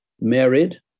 married